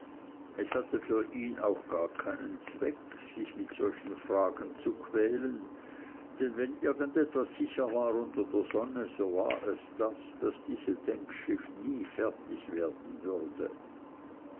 es hatte für ihn auch gar keinen zweck sich mit solchen fragen zu quälen denn wenn irgend etwas sicher war unter der sonne so war es das daß diese denkschrift nie fertig werden würde